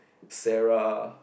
Sarah